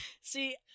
See